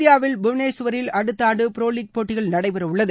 இந்தியாவில் புவனேஷ்வரில் அடுத்த ஆண்டு புரோ லீக் போட்டிகள் நடைபெறவுள்ளது